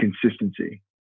consistency